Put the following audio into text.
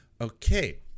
okay